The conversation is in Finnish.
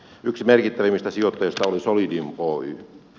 yksi merkittävimmistä sijoittajista oli solidium osakeyhtiö